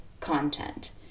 content